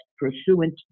pursuant